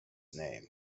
name